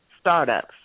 startups